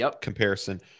comparison